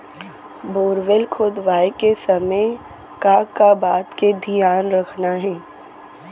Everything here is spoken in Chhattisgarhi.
बोरवेल खोदवाए के समय का का बात के धियान रखना हे?